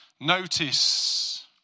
notice